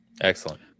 excellent